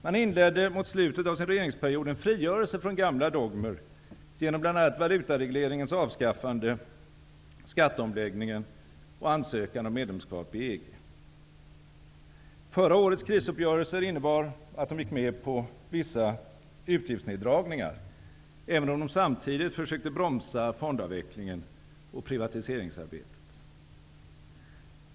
Man inledde mot slutet av sin regeringsperiod en frigörelse från gamla dogmer genom bl.a. valutaregleringens avskaffande, skatteomläggningen och ansökan om medlemskap i EG. Förra årets krisuppgörelser innebar att de gick med på vissa utgiftsneddragningar, även om de samtidigt försökte bromsa fondavvecklingen och privatiseringsarbetet.